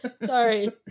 Sorry